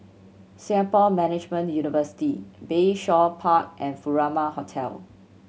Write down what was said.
Singapore Management University Bayshore Park and Furama Hotel